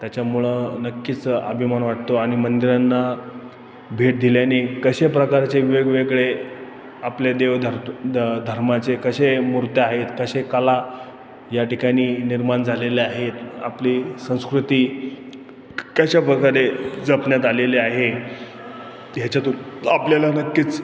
त्याच्यामुळं नक्कीच अभिमान वाटतो आणि मंदिरांना भेट दिल्याने कशा प्रकारचे वेगवेगळे आपले देवधर् ध धर्माचे कशा मूर्त्या आहेत कशा कला या ठिकाणी निर्माण झालेले आहेत आपली संस्कृती क कशा प्रकारे जपण्यात आलेली आहे ह्याच्यातून आपल्याला नक्कीच